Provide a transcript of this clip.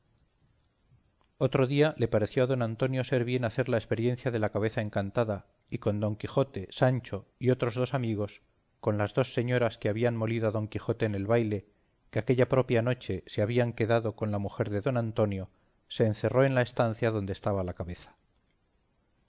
otro día le pareció a don antonio ser bien hacer la experiencia de la cabeza encantada y con don quijote sancho y otros dos amigos con las dos señoras que habían molido a don quijote en el baile que aquella propia noche se habían quedado con la mujer de don antonio se encerró en la estancia donde estaba la cabeza